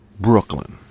Brooklyn